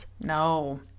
No